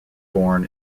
born